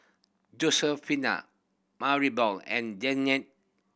Josefina Maribel and Jeannette